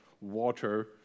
water